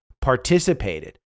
participated